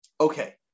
Okay